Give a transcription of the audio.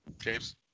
James